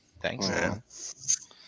Thanks